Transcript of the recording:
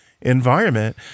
environment